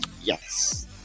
Yes